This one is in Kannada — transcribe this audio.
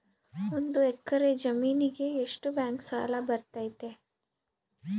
ಒಂದು ಎಕರೆ ಜಮೇನಿಗೆ ಎಷ್ಟು ಬ್ಯಾಂಕ್ ಸಾಲ ಬರ್ತೈತೆ?